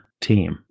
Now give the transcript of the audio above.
team